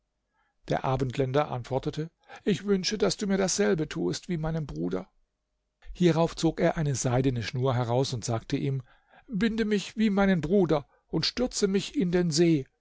der abendländer antwortete ich wünsche daß du mir dasselbe tuest wie meinem bruder hierauf zog er eine seidene schnur heraus und sagte ihm binde mich wie meinen bruder und stürze mich in den see